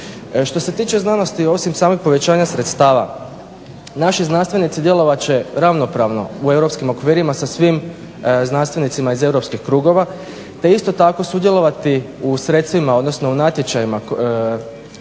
Što se tiče znanosti osim samog povećanja sredstava naši znanstvenici djelovat će ravnopravno u europskim okvirima sa svim znanstvenicima iz europskih krugova te isto tako sudjelovati u sredstvima odnosno u natječajima